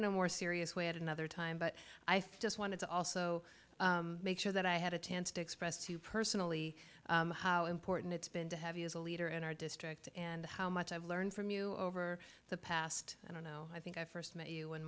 in a more serious way at another time but i think just wanted to also make sure that i had a chance to express to you personally how important it's been to have you as a leader in our district and how much i've learned from you over the past i don't know i think i first met you when